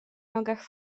nogach